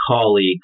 colleagues